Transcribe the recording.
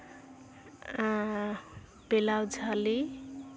ᱯᱤᱞᱟᱣ ᱡᱷᱟᱹᱞᱤ